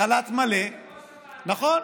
לחל"ת מלא, היית יושב-ראש הוועדה, נכון.